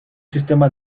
sistema